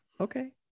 Okay